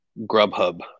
Grubhub